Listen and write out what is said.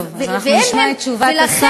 טוב, אז אנחנו נשמע את תשובת השר.